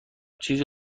چیزی